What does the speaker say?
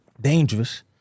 dangerous